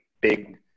big